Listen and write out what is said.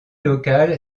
locale